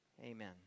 amen